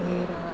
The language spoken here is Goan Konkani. मागीर